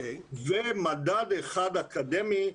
ומדד אחד אקדמי,